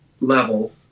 level